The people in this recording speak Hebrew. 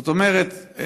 זאת אומרת,